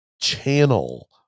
channel